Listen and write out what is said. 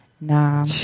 Nah